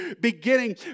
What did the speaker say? beginning